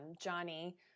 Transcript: johnny